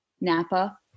Napa